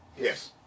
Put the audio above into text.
Yes